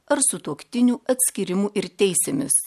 ar sutuoktinių atskyrimu ir teisėmis